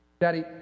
Daddy